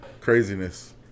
Craziness